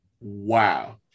wow